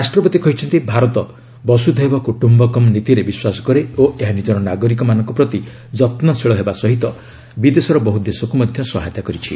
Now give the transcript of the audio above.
ରାଷ୍ଟ୍ରପତି କହିଛନ୍ତି ଭାରତ 'ବସୁଧୈବ କୁଟ୍ୟୁକମ୍' ନୀତିରେ ବିଶ୍ୱାସ କରେ ଓ ଏହା ନିକର ନାଗରିକମାନଙ୍କ ପ୍ରତି ଯତ୍ନଶୀଳ ହେବା ସହ ବିଦେଶର ବହୁ ଦେଶକୁ ମଧ୍ୟ ସହାୟତା କରିଛି